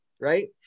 right